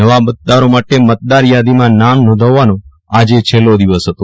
નવા મતદારો માટ મતદાર યાદી માં નામ નોંધાવવાનો આજે છેલ્લો દિવસ હતો